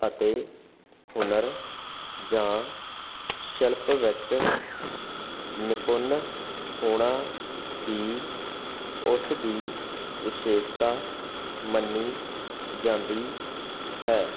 ਅਤੇ ਹੁਨਰ ਜਾਂ ਸ਼ਿਲਪ ਵਿੱਚ ਨਿਪੁੰਨ ਹੋਣਾ ਹੀ ਉਸ ਦੀ ਵਿਸ਼ੇਸ਼ਤਾ ਮੰਨੀ ਜਾਂਦੀ ਹੈ